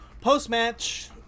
Post-match